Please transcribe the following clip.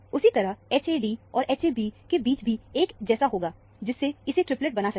उसी तरह Ha d और Ha b के बीच भी एक जैसा होगा जिससे इसे ट्रिपलेट बना सके